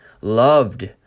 loved